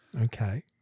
Okay